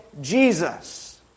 Jesus